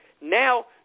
Now